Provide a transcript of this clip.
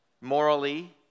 morally